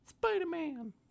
Spider-Man